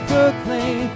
proclaim